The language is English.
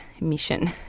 mission